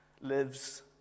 lives